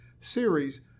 series